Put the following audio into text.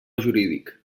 jurídic